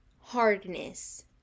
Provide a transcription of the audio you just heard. hardness